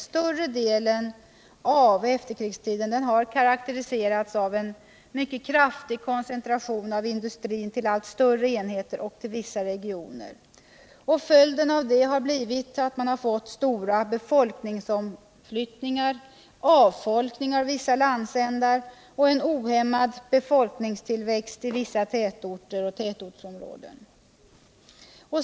Större delen av efterkrigstiden har karakteriserats av en mycket kraftig koncentration av industrin till allt större enheter och till vissa regioner. Följden av detta har varit stora befolkningsomflyttningar — avfolkning av vissa landsändar och en ohämmad befolkningstillväxt i vissa tätorter och tätortsområden.